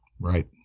Right